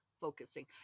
focusing